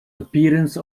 appearance